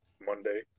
Monday